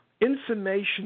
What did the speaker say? information